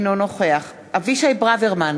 אינו נוכח אבישי ברוורמן,